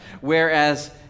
whereas